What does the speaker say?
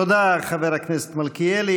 תודה, חבר הכנסת מלכיאלי.